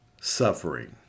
suffering